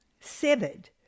severed